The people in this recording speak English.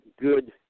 good